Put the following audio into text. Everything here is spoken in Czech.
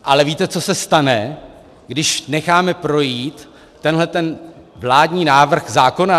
Ale víte, co se stane, když necháme projít tenhleten vládní návrh zákona?